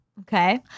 okay